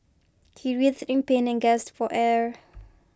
he writhed in pain and gasped for air